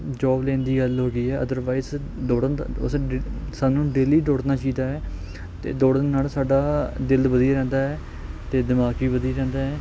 job ਲੈਣ ਦੀ ਗੱਲ ਹੋ ਗਈ ਹੈ ਅਦਰਵਾਈਜ਼ ਦੌੜਨ ਦਾ ਉਸ ਸਾਨੂੰ ਡੇਲੀ ਦੌੜਨਾ ਚਾਹੀਦਾ ਹੈ ਅਤੇ ਦੌੜਨ ਨਾਲ ਸਾਡਾ ਦਿਲ ਵਧੀਆ ਰਹਿੰਦਾ ਹੈ ਅਤੇ ਦਿਮਾਗ ਵੀ ਵਧੀਆ ਰਹਿੰਦਾ ਹੈ